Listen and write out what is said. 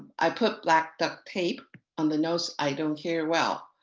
i put black duct tape on the notes i don't hear well.